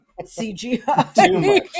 CGI